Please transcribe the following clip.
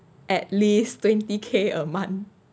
at least twenty K a month